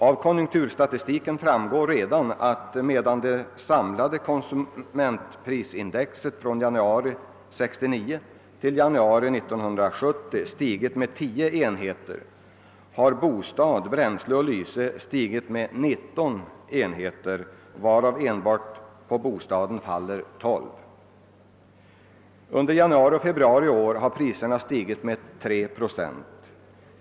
Av konjunkturstatistiken framgår redan att medan det totala konsumentprisindexet från januari 1969 till januari 1970 stigit med 10 enheter har bostad, bränsle och lyse stigit med 19 enheter, varav 12 faller på enbart bostaden. Under januari och februari i år har priserna stigit med 3 procent.